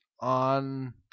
on